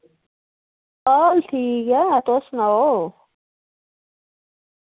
हाल ठीक ऐ तुस सनाओ